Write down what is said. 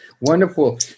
Wonderful